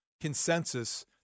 consensus